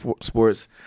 sports